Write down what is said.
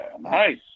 nice